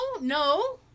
no